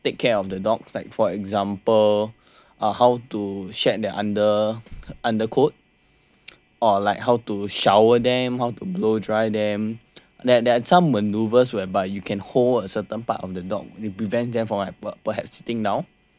like for example uh how to shed their under undercoat or like how to shower them how to blow dry them that there are some maneuvers whereby you can hold a certain part of the dog to prevent them from perhaps sitting down